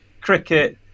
cricket